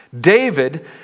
David